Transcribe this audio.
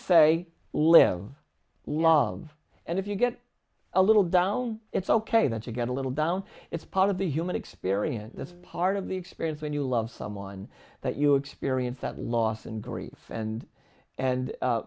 say live love and if you get a little down it's ok that you get a little down it's part of the human experience that's part of the experience when you love someone that you experience that loss and grief and and